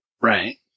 Right